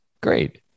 great